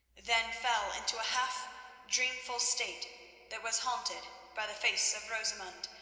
then fell into a half dreamful state that was haunted by the face of rosamund,